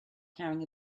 carrying